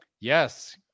yes